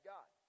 God